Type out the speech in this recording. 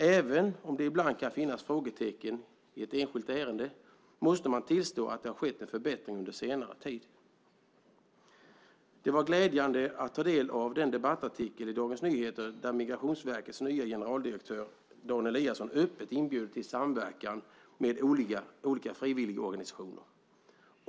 Även om det ibland kan finnas frågetecken i ett enskilt ärende måste man tillstå att det har skett en förbättring under senare tid. Det var glädjande att ta del av den debattartikel i Dagens Nyheter där Migrationsverkets nya generaldirektör Dan Eliasson öppet inbjuder till samverkan med olika frivilligorganisationer.